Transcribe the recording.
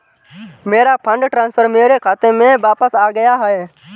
मेरा fund transfer मेरे खाते में वापस आ गया है